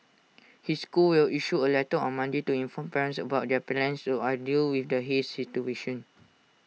his school will issue A letter on Monday to inform parents about their plans to ideal with the haze situation